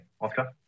Oscar